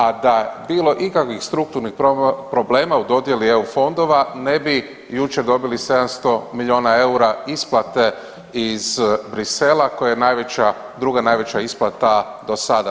A da je bilo ikakvih strukturnih problema u dodjeli EU fondova ne bi jučer dobili 700 milijuna eura isplate iz Bruxellesa koja je najveća druga najveća isplata do sada.